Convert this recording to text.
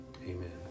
Amen